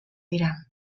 dira